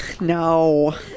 No